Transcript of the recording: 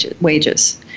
wages